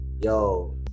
yo